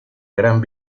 gran